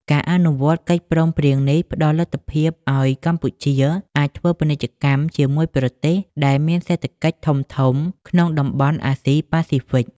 ការអនុវត្តកិច្ចព្រមព្រៀងនេះផ្ដល់លទ្ធភាពឱ្យកម្ពុជាអាចធ្វើពាណិជ្ជកម្មជាមួយប្រទេសដែលមានសេដ្ឋកិច្ចធំៗក្នុងតំបន់អាស៊ីប៉ាស៊ីហ្វិក។